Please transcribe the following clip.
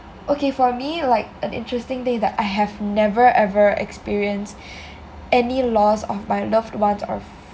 okay for me like an interesting thing is that I have never ever experienced any loss of my loved ones or